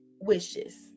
wishes